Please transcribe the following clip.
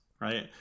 right